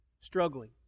struggling